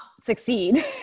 succeed